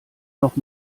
noch